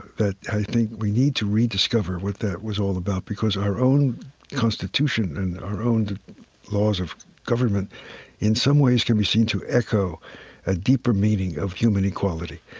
that i think we need to rediscover what that was all about because our own constitution and our own laws of government in some ways can be seen to echo a deeper meaning of human equality.